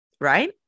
right